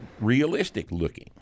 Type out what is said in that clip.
realistic-looking